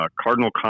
Cardinal